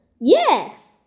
Yes